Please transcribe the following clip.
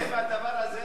האם הדבר הזה,